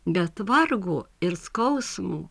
bet vargo ir skausmo